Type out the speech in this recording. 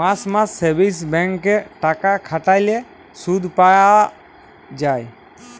মাস মাস savings bank এ টাকা খাটাল্যে শুধ পাই যায়